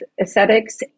aesthetics